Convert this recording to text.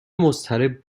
مضطرب